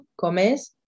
comes